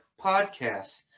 podcasts